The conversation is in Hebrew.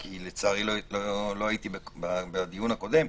כי לצערי לא הייתי בדיון הקודם,